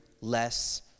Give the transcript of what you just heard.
Less